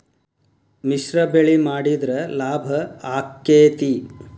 ಮಿಶ್ರ ಬೆಳಿ ಮಾಡಿದ್ರ ಲಾಭ ಆಕ್ಕೆತಿ?